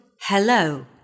Hello